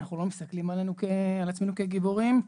אנחנו לא מסתכלים על עצמנו כגיבורים.